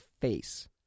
face